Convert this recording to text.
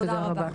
תודה רבה.